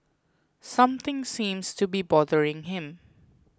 something seems to be bothering him